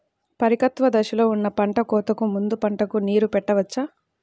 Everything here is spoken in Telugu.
పరిపక్వత దశలో ఉన్న పంట కోతకు ముందు పంటకు నీరు పెట్టవచ్చా?